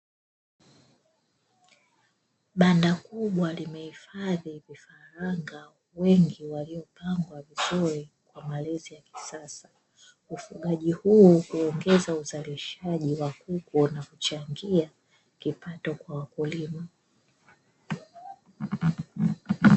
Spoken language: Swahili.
Banda kubwa limehifadhi vifaranga wengi, waliopangwa vizuri kwa malezi ya kisasa. Ufugaji huu huongeza uzalishaji wa kuku na kuchangia kipato kwa wakulima.